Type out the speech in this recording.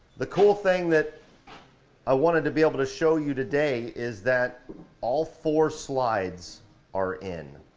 the cool thing that i wanted to be able to show you today, is that all four slides are in.